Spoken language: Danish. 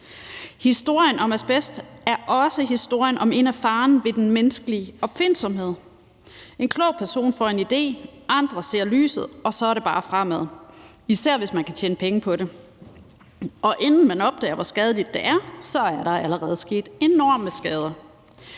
Historien om asbest er også historien om en af farerne ved den menneskelige opfindsomhed. En klog person får en idé, andre ser lyset, og så er det bare fremad, især hvis man kan tjene penge på det. Og inden man opdager, hvor skadeligt det er, er der allerede sket enorme skader.